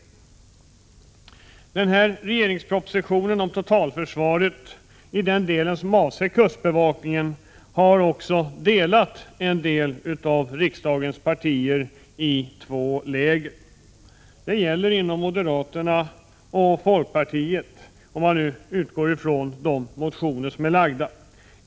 Den här regeringspropositionen om totalförsvaret i den del som avser = Prot. 1986/87:133 kustbevakningen har också delat upp riksdagens partier i två läger. Det gäller — 1 juni 1987 inom moderaterna och folkpartiet, om man nu utgår från de motioner som är lagda.